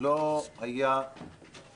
לא ברור איך היא הייתה ממשיכה להתנהל